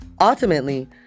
Ultimately